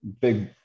big